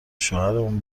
شوهرمون